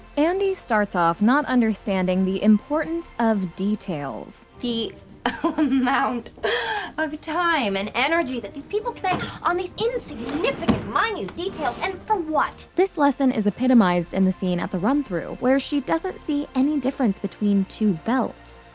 andy starts off not understanding the importance of details. the amount of time and energy that these people spend on these insignificant, minute details, and for what? this lesson is epitomized in the scene at the run-through, where she doesn't see any difference between two belts.